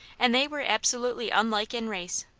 and they were absolutely unlike in race,